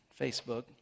Facebook